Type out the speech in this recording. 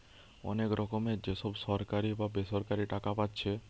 অনেক রকমের যে সব সরকারি বা বেসরকারি টাকা পাচ্ছে